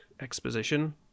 exposition